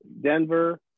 Denver